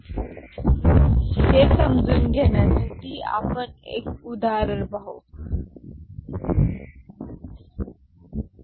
आणि हे समजून घेण्यासाठी आपण एक उदाहरण पाहू या कारण ही जागा आधीच अनाड़ी आहे